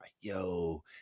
yo